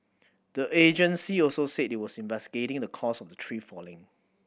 the agency also said it was investigating the cause of the tree falling